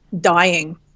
dying